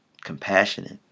compassionate